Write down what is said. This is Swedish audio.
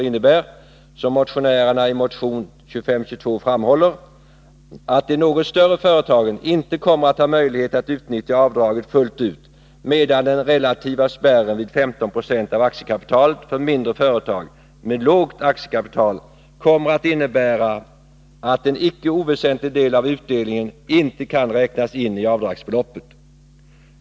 innebär — som motionärerna i motion 2522 framhåller — att de något större företagen inte kommer att ha möjlighet att utnyttja avdraget fullt ut, medan den relativa spärren vid 15 96 av aktiekapitalet för mindre företag med lågt aktiekapital kommer att innebära att en icke oväsentlig del av utdelningen inte kan räknas in i avdragsbeloppet.